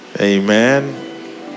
Amen